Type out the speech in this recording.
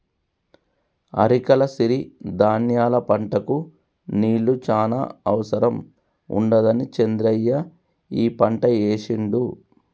అరికల సిరి ధాన్యాల పంటకు నీళ్లు చాన అవసరం ఉండదని చంద్రయ్య ఈ పంట ఏశిండు